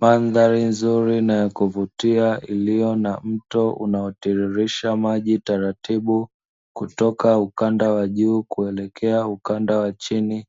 Mandhari nzuri na yakuvutia iliyo na mto unaotiririsha maji taratibu kutoka ukanda wa juu kuelekea ukanda wa chini,